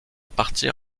partir